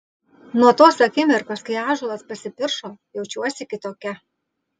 nuo tos akimirkos kai ąžuolas pasipiršo jaučiuosi kitokia